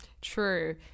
True